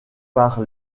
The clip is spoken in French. par